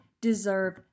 deserve